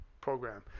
program